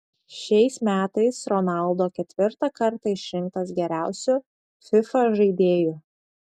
šiais metais ronaldo ketvirtą kartą išrinktas geriausiu fifa žaidėju